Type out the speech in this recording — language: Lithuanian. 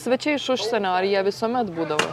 svečiai iš užsienio ar jie visuomet būdavo